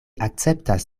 akceptas